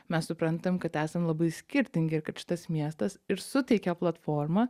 mes suprantam kad esam labai skirtingi ir kad šitas miestas ir suteikia platformą